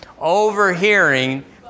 Overhearing